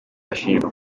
ashinjwa